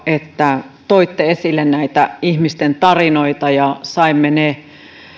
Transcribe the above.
että toitte esille ihmisten tarinoita ja saimme ne